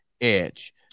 edge